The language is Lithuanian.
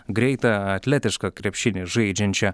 greitą atletišką krepšinį žaidžiančia